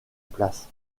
place